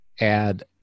add